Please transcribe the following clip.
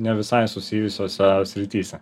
ne visai susijusiose srityse